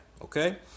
okay